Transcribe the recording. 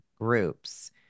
groups